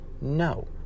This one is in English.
no